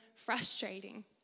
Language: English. Frustrating